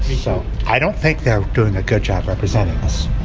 so i don't think they're doing a good job representing us.